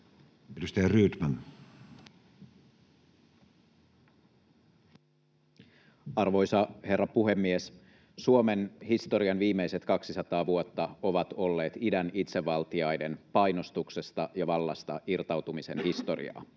Arvoisa herra puhemies! Suomen historian viimeiset 200 vuotta ovat olleet idän itsevaltiaiden painostuksesta ja vallasta irtautumisen historiaa.